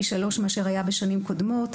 פי שלוש מאשר בשנים הקודמות,